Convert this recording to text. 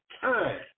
time